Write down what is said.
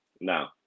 No